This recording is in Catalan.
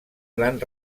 gran